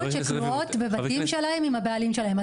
שכלואות בבתים שלהם עם הבעלים שלהם.